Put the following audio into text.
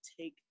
take